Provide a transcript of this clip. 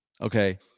Okay